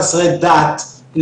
חסרי דת,